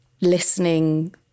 Listening